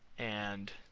and